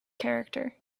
character